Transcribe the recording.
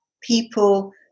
people